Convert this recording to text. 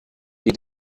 die